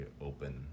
open